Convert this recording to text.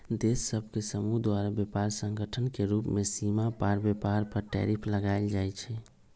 देश सभ के समूह द्वारा व्यापार संगठन के रूप में सीमा पार व्यापार पर टैरिफ लगायल जाइ छइ